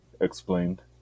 explained